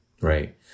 right